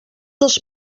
els